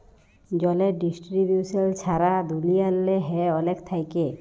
জলের ডিস্টিরিবিউশল ছারা দুলিয়াল্লে হ্যয় অলেক থ্যাইকে